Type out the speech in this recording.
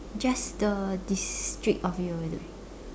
just the district of you living